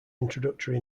introductory